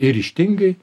ir ryžtingai